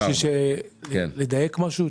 חשוב להבין: